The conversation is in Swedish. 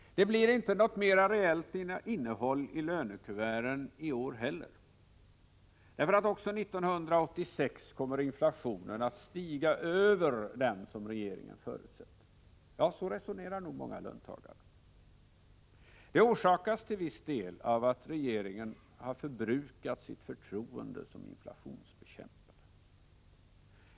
Det blir inte något mera reellt innehåll i lönekuverten i år heller, därför att också 1986 kommer inflationen att stiga över den som regeringen förutsett — så resonerar nog många löntagare. Detta orsakas till viss del av att regeringen förbrukat sitt förtroende som inflationsbekämpare.